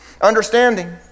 understanding